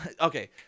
Okay